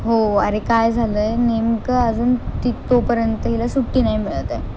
हो अरे काय झालं आहे नेमकं अजून ती तोपर्यंत हिला सुट्टी नाही मिळत आहे